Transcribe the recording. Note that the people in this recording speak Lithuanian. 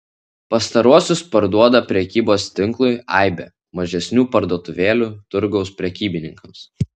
pastaruosius parduoda prekybos tinklui aibė mažesnių parduotuvėlių turgaus prekybininkams